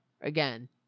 again